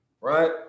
right